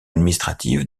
administrative